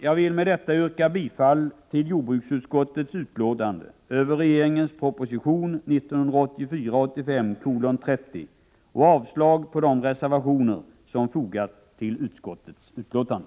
Jag vill med detta yrka bifall till hemställan i jordbruksutskottets betänkande med anledning av regeringens proposition 1984/85:30 och avslag på de reservationer som fogats till utskottets betänkande.